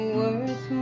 worth